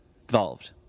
involved